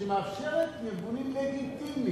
שמאפשרת לארגונים לגיטימיים,